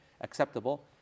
acceptable